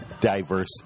Diverse